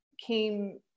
came